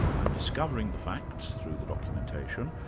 i'm discovering the facts through the documentation,